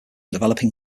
developing